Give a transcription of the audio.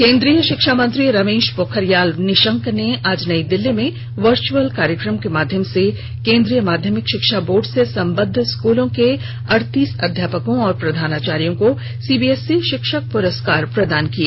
केन्द्रीय शिक्षा मंत्री रमेश पोखरियाल निशंक ने आज नई दिल्ली में वर्च्अल कार्यक्रम के माध्यम से केंद्रीय माध्यमिक शिक्षा बोर्ड से सम्बद्ध स्कूलों के अडतीस अध्यापकों और प्रधानाचार्यो को सीबीएसई शिक्षक प्रस्कार प्रदान किए